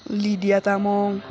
Lydia Tamang